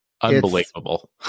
Unbelievable